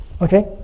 okay